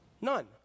None